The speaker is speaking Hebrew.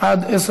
מי בעד ומי